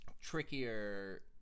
trickier